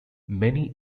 many